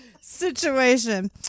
situation